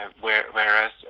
Whereas